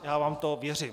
Já vám to věřím.